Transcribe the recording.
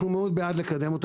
אנחנו מאוד בעד לקדם את הדביט.